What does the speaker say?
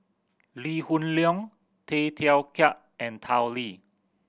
Lee Hoon Leong Tay Teow Kiat and Tao Li